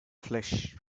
flesh